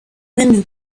menü